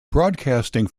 broadcasting